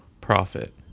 profit